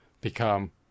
become